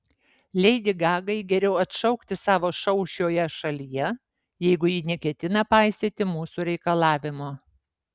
leidi gagai geriau atšaukti savo šou šioje šalyje jeigu ji neketina paisyti mūsų reikalavimo